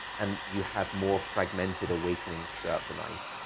and you have more fragmented awakenings throughout the night.